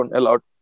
allowed